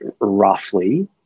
roughly